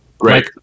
right